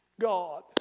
God